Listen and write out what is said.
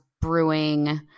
brewing –